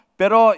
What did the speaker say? pero